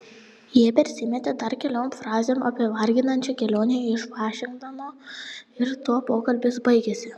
jie persimetė dar keliom frazėm apie varginančią kelionę iš vašingtono ir tuo pokalbis baigėsi